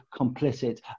complicit